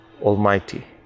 Almighty